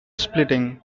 splitting